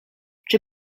czy